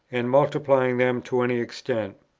and multiplying them to any extent,